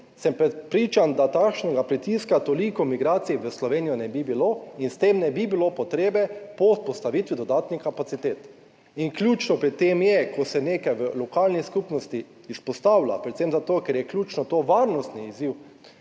sem prepričan, da takšnega pritiska, toliko migracij v Slovenijo ne bi bilo in s tem ne bi bilo potrebe po vzpostavitvi dodatnih kapacitet. In ključno pri tem je, ko se nekaj v lokalni skupnosti izpostavlja, predvsem zato, ker je ključno to varnostni izziv,